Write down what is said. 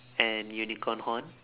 and unicorn horn